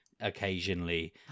occasionally